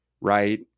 right